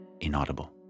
inaudible